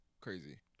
Crazy